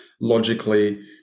logically